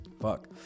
Fuck